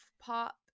pop